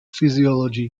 physiology